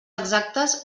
exactes